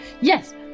yes